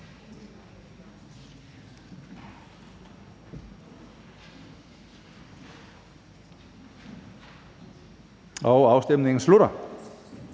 Afstemningen starter.